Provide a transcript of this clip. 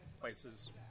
places